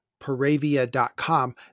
paravia.com